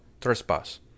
trespass